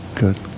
good